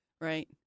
Right